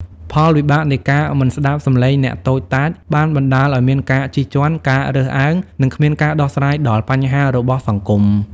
ផលវិបាកនៃការមិនស្តាប់សំឡេងអ្នកតូចតាច បានបណ្ដាលឲ្យមានការជិះជាន់ ការរើសអើង និងគ្មានការដោះស្រាយដល់បញ្ហារបស់សង្គម។